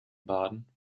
baden